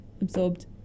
absorbed